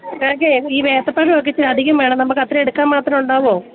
ഞങ്ങൾക്ക് ഈ ഏത്തപ്പഴം ഒക്കെ ഇച്ചിരി അധികം വേണം നമുക്ക് അത്രയും എടുക്കാൻ മാത്രം ഉണ്ടാകുമോ